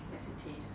as it taste